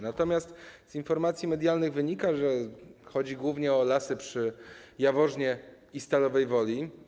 Natomiast z informacji medialnych wynika, że chodzi głównie o lasy przy Jaworznie i Stalowej Woli.